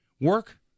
work